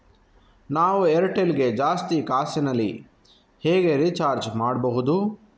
ನಾವು ಏರ್ಟೆಲ್ ಗೆ ಜಾಸ್ತಿ ಕಾಸಿನಲಿ ಹೇಗೆ ರಿಚಾರ್ಜ್ ಮಾಡ್ಬಾಹುದು?